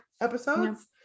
episodes